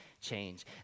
change